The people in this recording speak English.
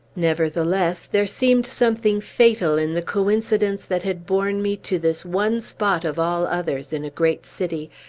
nevertheless, there seemed something fatal in the coincidence that had borne me to this one spot, of all others in a great city,